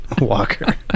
walker